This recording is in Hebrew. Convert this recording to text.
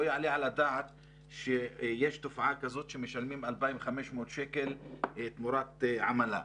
לא יעלה על הדעת שיש תופעה כזאת שמשלמים 2,500 שקל תמורת עמלה.